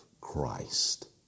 Christ